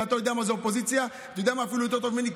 ואתה יודע מה זה אופוזיציה אפילו יותר טוב ממני,